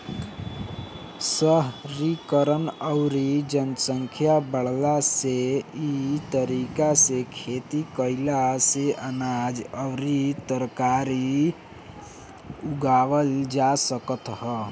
शहरीकरण अउरी जनसंख्या बढ़ला से इ तरीका से खेती कईला से अनाज अउरी तरकारी उगावल जा सकत ह